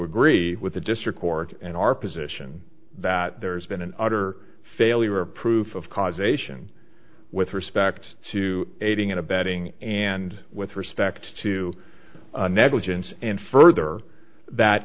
agree with the district court in our position that there's been an utter failure proof of causation with respect to aiding and abetting and with respect to negligence and further that